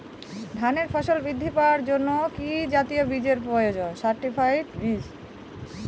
ধানে ফলন বৃদ্ধি পাওয়ার জন্য কি জাতীয় বীজের প্রয়োজন?